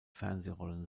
fernsehrollen